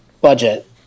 budget